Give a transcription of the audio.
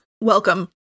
Welcome